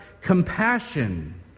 compassion